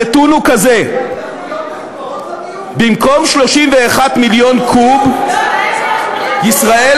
הם מטונפים, בגלל זה אין להם מים.